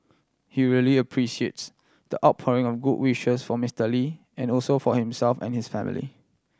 he really appreciates the outpouring of good wishes for Mister Lee and also for himself and his family